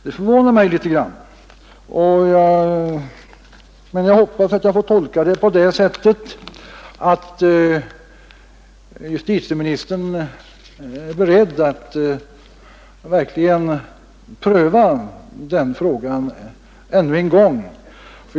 Det förvånar mig litet, men jag hoppas att jag får tolka detta på det sättet att justitieministern verkligen är beredd att pröva den frågan ännu en gång.